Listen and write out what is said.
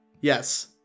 Yes